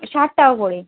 ষাট টাকা করে